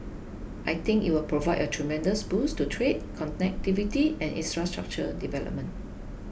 I think it will provide a tremendous boost to trade connectivity and infrastructure development